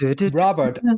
Robert